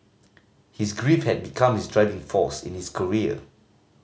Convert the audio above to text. his grief had become his driving force in his career